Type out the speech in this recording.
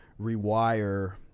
rewire